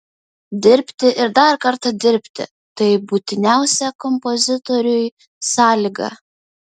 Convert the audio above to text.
dirbti ir dar kartą dirbti tai būtiniausia kompozitoriui sąlyga